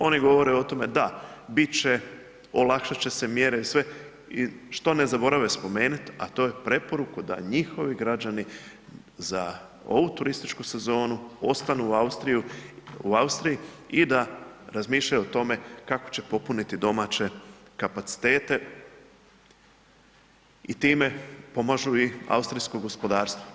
Oni govore o tome da bit će, olakšat će se mjere i sve i što ne zaborave spomenut a to je preporuku da njihovi građani za ovu turističku sezonu ostanu u Austriji i da razmišljaju o tome kako će popuniti domaće kapacitete i time pomažu i austrijsko gospodarstvo.